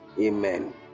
Amen